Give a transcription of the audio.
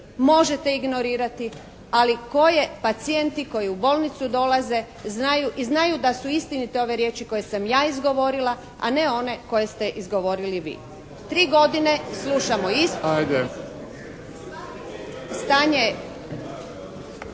možete ignorirati ali koje pacijenti koji u bolnicu dolaze znaju i znaju da su istinite ove riječi koje sam ja izgovorila a ne one koje ste izgovorili vi. Tri godine slušamo isto